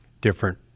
different